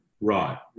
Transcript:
Right